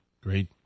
Great